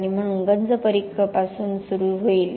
आणि म्हणून गंज परिघ पासून सुरू होईल